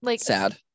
sad